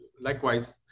likewise